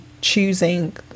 choosing